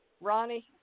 Ronnie